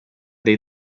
dei